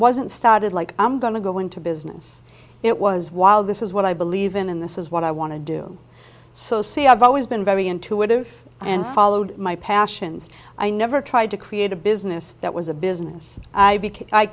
wasn't started like i'm going to go into business it was wild this is what i believe in and this is what i want to do so see i've always been very intuitive and followed my passions i never tried to create a business that was a business i